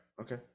Okay